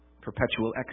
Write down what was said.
perpetual